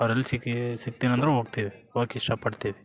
ಅವ್ರು ಎಲ್ಲಿ ಸಿಕ್ಕಿ ಸಿಕ್ತಿನಿ ಅಂದರು ಹೋಗ್ತಿವಿ ಹೋಗಕ್ ಇಷ್ಟ ಪಡ್ತಿವಿ